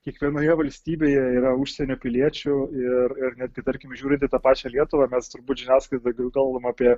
kiekvienoje valstybėje yra užsienio piliečių ir ir netgi tarkim žiūrint į tą pačią lietuvą mes turbūt žiniasklaidai gal kalbam apie